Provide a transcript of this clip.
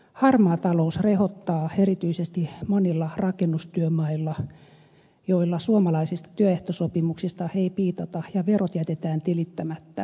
harmaa talous rehottaa erityisesti monilla rakennustyömailla joilla suomalaisista työehtosopimuksista ei piitata ja verot jätetään tilittämättä